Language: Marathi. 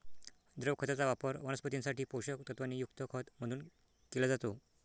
द्रव खताचा वापर वनस्पतीं साठी पोषक तत्वांनी युक्त खत म्हणून केला जातो